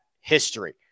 history